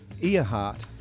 Earhart